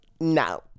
No